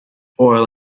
oil